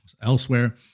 elsewhere